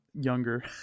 younger